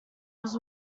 was